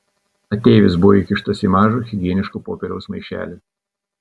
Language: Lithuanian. ateivis buvo įkištas į mažą higieniško popieriaus maišelį